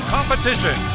Competition